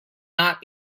not